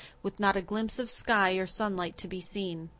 with not a glimpse of sky or sunlight to be seen.